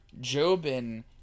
Jobin